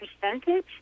percentage